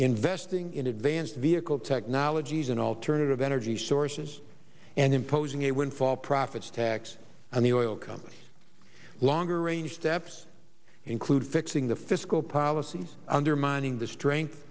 investing in advanced vehicle technologies and alternative energy sources and imposing a windfall profits tax on the oil companies longer range steps include fixing the fiscal policies undermining the strength